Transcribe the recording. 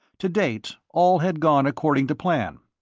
to date all had gone according to plan.